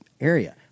area